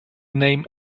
name